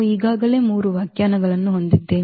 ನಾವು ಈಗಾಗಲೇ ಮೂರು ವ್ಯಾಖ್ಯಾನಗಳನ್ನು ಹೊಂದಿದ್ದೇವೆ